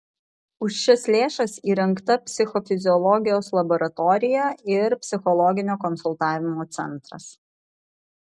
už šias lėšas įrengta psichofiziologijos laboratorija ir psichologinio konsultavimo centras